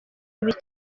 ibi